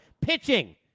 pitching